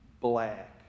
black